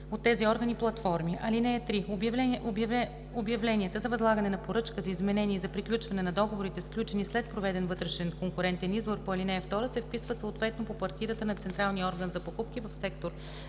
от тези органи платформи. (3) Обявленията за възлагане на поръчка, за изменение и за приключване на договорите, сключени след проведен вътрешен конкурентен избор по ал. 2 се вписват съответно по партидата на Централния орган за покупки в сектор